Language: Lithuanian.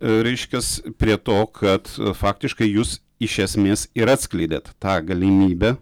reiškiasi prie to kad faktiškai jūs iš esmės ir atskleidėt tą galimybę